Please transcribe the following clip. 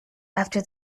after